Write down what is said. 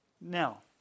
Now